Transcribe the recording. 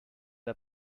der